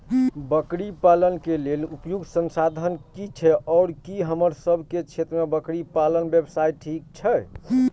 बकरी पालन के लेल उपयुक्त संसाधन की छै आर की हमर सब के क्षेत्र में बकरी पालन व्यवसाय ठीक छै?